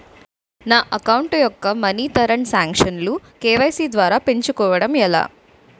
నా అకౌంట్ యెక్క money transaction లు కే.వై.సీ ద్వారా పెంచుకోవడం ఎలా?